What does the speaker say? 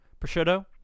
Prosciutto